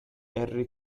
henry